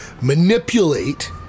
manipulate